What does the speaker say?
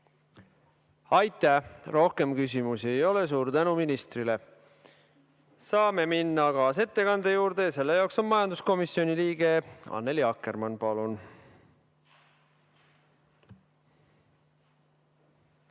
Aitäh! Rohkem küsimusi ei ole. Suur tänu ministrile! Saame minna kaasettekande juurde ja selle jaoks on majanduskomisjoni liige Annely Akkermann. Palun!